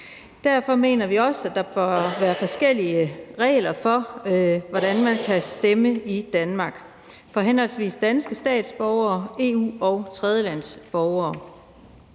Derfor mener vi også, at der bør være forskellige regler for, hvordan man kan stemme i Danmark, for henholdsvis danske statsborgere, EU-borgere og tredjelandsborgere.